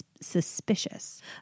suspicious